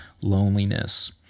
loneliness